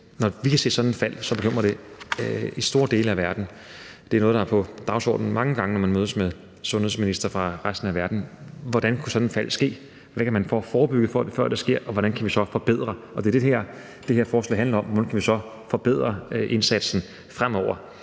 så veluddannet en befolkning og så gode og frie medier. Det er noget, der er på dagsordenen mange gange, når man mødes med sundhedsministre fra resten af verden. Hvordan kunne sådan et fald ske, hvordan kan man forebygge det, før det sker, og hvordan kan vi så forbedre det? Og det er det, det her forslag handler om: Hvordan kan vi så forbedre indsatsen fremover?